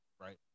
Right